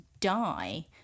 die